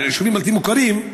ליישובים הבלתי-מוכרים,